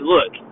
Look